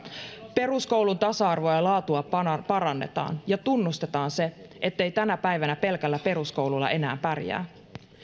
peruskoulun tasa arvoa ja laatua parannetaan ja tunnustetaan se ettei tänä päivänä pelkällä peruskoululla enää pärjää